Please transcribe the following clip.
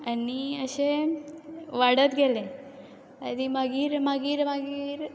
आनी अशे वाडत गेलें आनी मागीर मागीर मागीर